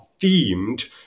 themed